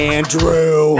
Andrew